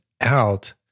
out